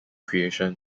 creation